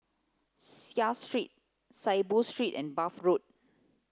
Seah Street Saiboo Street and Bath Road